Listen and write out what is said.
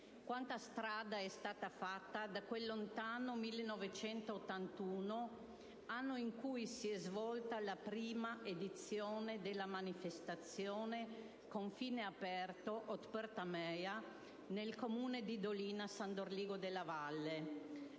Quanta strada è stata fatta da quel lontano 1981, anno in cui si è svolta la prima edizione della manifestazione «confine aperto - Odprta meja» nel comune di Dolina San Dorligo Della Valle